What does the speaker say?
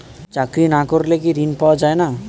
চাকরি না করলে কি ঋণ পাওয়া যায় না?